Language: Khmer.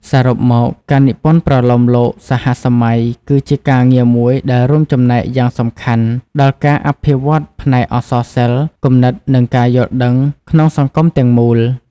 សរុបមក ការនិពន្ធប្រលោមលោកសហសម័យគឺជាការងារមួយដែលរួមចំណែកយ៉ាងសំខាន់ដល់ការអភិវឌ្ឍផ្នែកអក្សរសិល្ប៍ គំនិត និងការយល់ដឹងក្នុងសង្គមទាំងមូល។